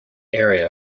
area